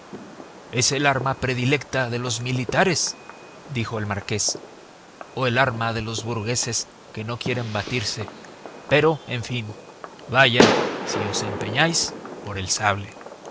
es el arma predilecta de los militares dijo el marqués o el arma de los burgueses que no quieren batirse pero en fin vaya si os empeñáis por el sable